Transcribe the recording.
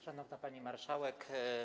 Szanowna Pani Marszałek!